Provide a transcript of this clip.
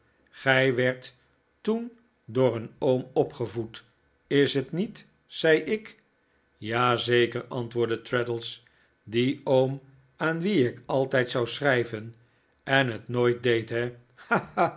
gij werdt toen door een oom opgevoed is t niet zei ik ja zeker antwoordde traddles dien oom aan wien ik altijd zou schrijven en het nooit deed he